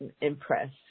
impressed